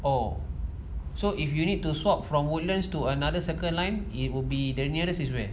oh so if you need to swap from woodlands to another circle line it would be the nearest is where